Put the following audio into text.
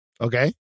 Okay